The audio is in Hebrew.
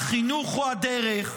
החינוך הוא הדרך,